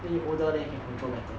then you older than you can control better